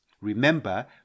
Remember